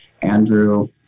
Andrew